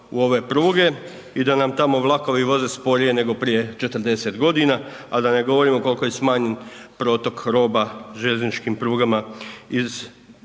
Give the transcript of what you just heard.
u ove pruge i da nam tamo vlakovi voze sporije nego prije 40 godina, a da ne govorimo koliko je smanjen protok roba željezničkim prugama iz